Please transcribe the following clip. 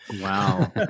Wow